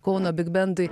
kauno bigbendui